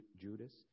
Judas